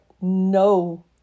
no